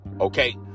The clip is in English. okay